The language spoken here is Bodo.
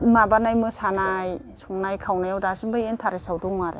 माबानाय मोसानाय संनाय खावनायाव दासिमबो इन्थारेस्टआव दङ आरो